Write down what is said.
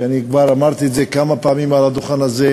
ואני כבר אמרתי את זה כמה פעמים מעל הדוכן הזה,